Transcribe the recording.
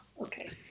okay